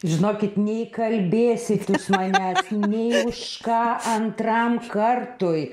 žinokit neįkalbėsit jūs manęs nė už ką antram kartui